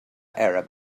arab